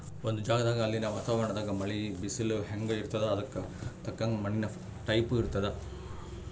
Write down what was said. ಒಂದ್ ಜಗದಾಗ್ ಅಲ್ಲಿನ್ ವಾತಾವರಣದಾಗ್ ಮಳಿ, ಬಿಸಲ್ ಹೆಂಗ್ ಇರ್ತದ್ ಅದಕ್ಕ್ ತಕ್ಕಂಗ ಮಣ್ಣಿನ್ ಟೈಪ್ ಇರ್ತದ್